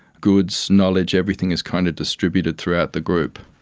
goods, knowledge, everything is kind of distributed throughout the group,